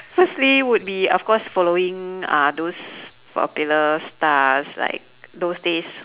firstly would be of course following uh those popular stars like those days